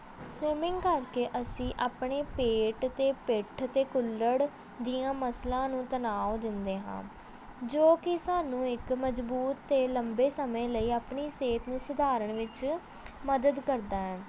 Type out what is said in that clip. swimming ਕਰਕੇ ਅਸੀਂ ਆਪਣੇ ਪੇਟ ਅਤੇ ਪਿੱਠ ਅਤੇ ਕੁੱਲ੍ਹੜ ਦੀਆਂ ਮਸਲਾਂ ਨੂੰ ਤਨਾਓ ਦਿੰਦੇ ਹਾਂ ਜੋ ਕਿ ਸਾਨੂੰ ਇੱਕ ਮਜ਼ਬੂਤ ਅਤੇ ਲੰਬੇ ਸਮੇਂ ਲਈ ਆਪਣੀ ਸਿਹਤ ਨੂੰ ਸੁਧਾਰਨ ਵਿੱਚ ਮਦਦ ਕਰਦਾ ਹੈ